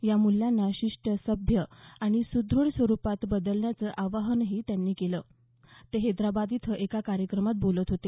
या मूल्यांना शिष्ट सभ्य आणि सुद्रढ स्वरुपात बदलण्याचं आवाहनही त्यांनी केलं ते हैदराबाद इथं एका कार्यक्रमात बोलत होते